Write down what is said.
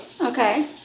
Okay